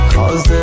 Cause